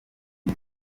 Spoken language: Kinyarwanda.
izo